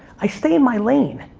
i stay in my lane.